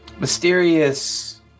mysterious